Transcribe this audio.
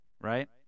right